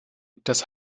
das